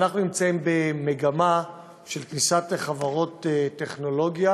אנחנו נמצאים במגמה של כניסת חברות טכנולוגיה